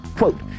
Quote